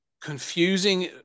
confusing